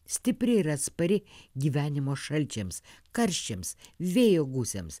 stipri ir atspari gyvenimo šalčiams karščiams vėjo gūsiams